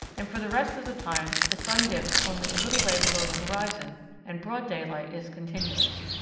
and for the rest of the time the sun dips only a little way below the horizon and broad daylight is continuous.